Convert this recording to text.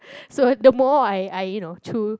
so the more I I you know through